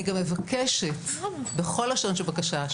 אני גם מבקשת בכל לשון של בקשה,